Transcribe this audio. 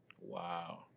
Wow